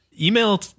Email